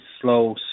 slow